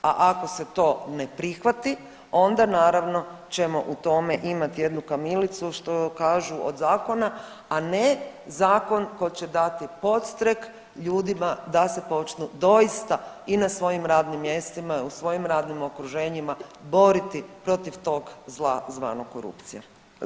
A ako se to ne prihvati onda naravno ćemo u tome imati jednu kamilicu što kažu od zakona, a ne zakon koji će dati podstrek ljudima da se počnu doista i na svojim radnim mjestima i u svojim radnim okruženjima boriti protiv tog zla zvano korupcija.